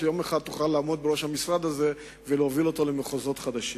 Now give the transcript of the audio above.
שיום אחד תוכל לעמוד בראש המשרד הזה ולהוביל אותו למחוזות חדשים.